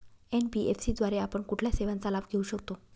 NBFC द्वारे आपण कुठल्या सेवांचा लाभ घेऊ शकतो?